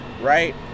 right